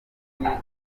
kumwe